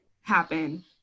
happen